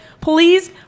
please